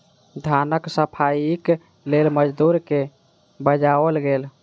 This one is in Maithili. धानक सफाईक लेल मजदूर के बजाओल गेल